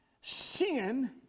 Sin